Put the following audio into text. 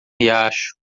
riacho